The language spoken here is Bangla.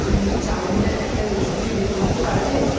তুমি কি চাউমিনের একটা রেসিপি বের করতে পারবে